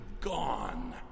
gone